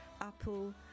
Apple